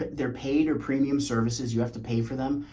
they're paid or premium services. you have to pay for them,